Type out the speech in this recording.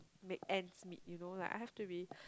make ends meet you know like I have to be